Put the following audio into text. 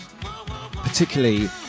particularly